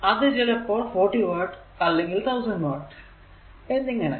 അത് ചിലപ്പോൾ 40 വാട്ട് അല്ലെങ്കിൽ 1000 വാട്ട് എന്നിങ്ങനെ